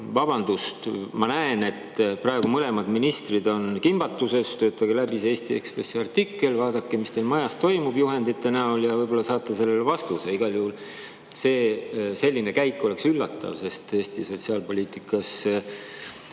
Vabandust! Ma näen, et praegu on mõlemad ministrid kimbatuses. Töötage läbi see Eesti Ekspressi artikkel, vaadake, mis teil majas toimub juhenditega, ja võib-olla saate sellele vastuse. Igal juhul oleks selline käik üllatav, sest Eesti sotsiaalpoliitikas